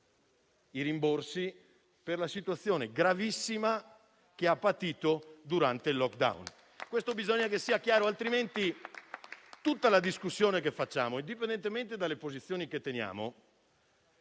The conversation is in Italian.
i rimborsi per la situazione gravissima che ha patito durante il *lockdown*. Questo bisogna che sia chiaro, altrimenti tutta la discussione che facciamo, indipendentemente dalle rispettive posizioni,